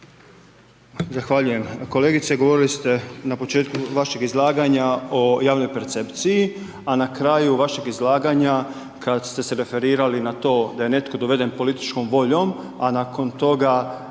Zahvaljujem. Kolegice govorili ste na početku vašeg izlaganja o javnoj percepciji a na kraju vašeg izlaganja kada ste se referirali na to da je netko doveden političkom voljom a nakon toga